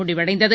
முடிவடைந்தது